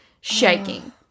shaking